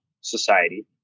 society